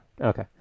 Okay